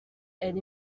elle